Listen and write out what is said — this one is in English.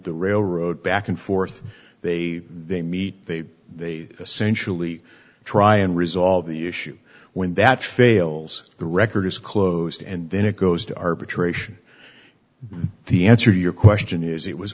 the railroad back and forth they they meet they they essentially try and resolve the issue when that fails the record is closed and then it goes to arbitration the answer to your question is it was